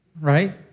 right